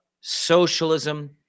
Socialism